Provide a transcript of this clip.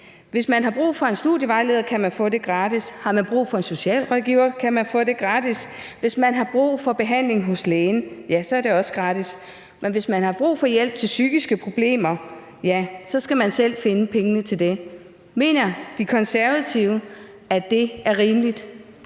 Hvis man har brug for en studievejleder, kan man få det gratis; har man brug for en socialrådgiver, kan man få det gratis; hvis man har brug for behandling hos lægen, er det også gratis; men hvis man har brug for hjælp til psykiske problemer, ja, så skal man selv finde pengene til det. Mener De Konservative, at det er rimeligt?